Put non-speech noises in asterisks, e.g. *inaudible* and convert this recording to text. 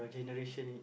*breath*